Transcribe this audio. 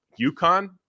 UConn